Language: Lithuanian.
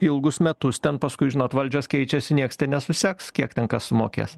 ilgus metus ten paskui žinot valdžios keičiasi nieks nesuseks kiek ten kas sumokės